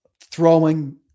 throwing